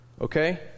Okay